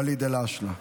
ואליד אלהואשלה.